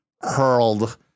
hurled